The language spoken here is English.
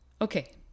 Okay